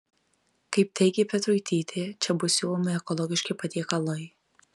kaip teigė petruitytė čia bus siūlomi ekologiški patiekalai